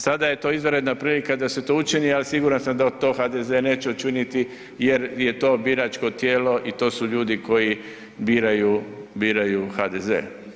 Sada je to izvanredna prilika da se to učini, al siguran sam da to HDZ neće učiniti jer je to biračko tijelo i to su ljudi koji biraju biraju HDZ.